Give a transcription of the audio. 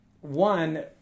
one